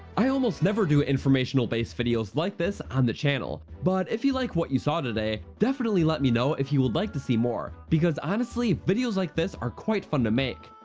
i almost never do informational based videos like this on the channel, but if you liked like what you saw today, definitely let me know if you would like to see more, because honestly videos like this are quite fun to make.